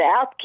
out